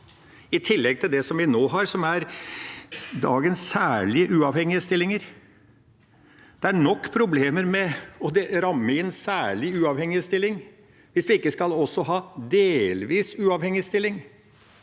i tillegg til det vi nå har, som er dagens «særlig uavhengig» stilling. Det er nok problemer med å ramme inn særlig uavhengig stilling om vi ikke også skal ha delvis uavhengig stilling.